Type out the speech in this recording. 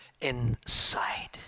inside